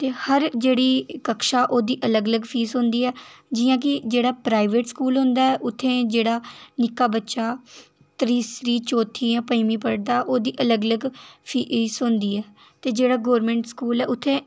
ते हर जेह्ड़ी कक्षा ओह्दी अलग अलग फीस होंदी ऐ जि'यां कि जेह्ड़ा प्राइवेट स्कूल होंदा ऐ उत्थै जेह्ड़ा निक्का बच्चा तीसरी चौथी जां पञमी पढ़दा ओह्दी अलग अलग फीस होंदी ऐ ते जेह्ड़ा गौरमैंट स्कूल ऐ उत्थै